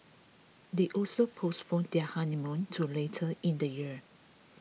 they also postponed their honeymoon to later in the year